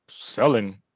selling